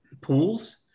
pools